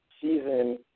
season